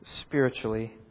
spiritually